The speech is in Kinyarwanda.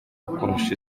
kurusha